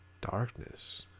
Darkness